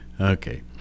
okay